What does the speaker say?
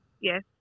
Yes